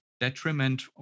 detriment